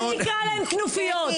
אל תקרא להם כנופיות.